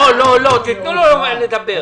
לא, תתנו לו לדבר.